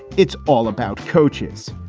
it's all about coaches.